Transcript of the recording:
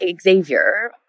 Xavier